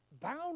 bound